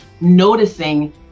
noticing